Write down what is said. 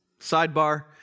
Sidebar